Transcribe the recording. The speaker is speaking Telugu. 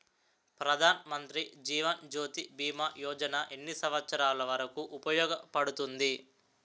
ప్రధాన్ మంత్రి జీవన్ జ్యోతి భీమా యోజన ఎన్ని సంవత్సారాలు వరకు ఉపయోగపడుతుంది?